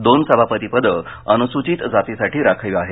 दोन सभापतिपद अनुसूचित जातीसाठी राखीव आहेत